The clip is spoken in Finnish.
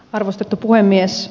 arvostettu puhemies